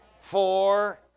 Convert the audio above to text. Four